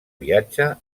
viatge